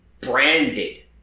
Branded